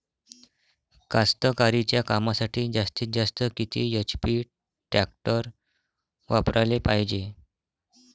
कास्तकारीच्या कामासाठी जास्तीत जास्त किती एच.पी टॅक्टर वापराले पायजे?